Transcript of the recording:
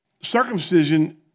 circumcision